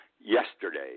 Yesterday